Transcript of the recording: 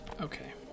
Okay